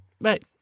Right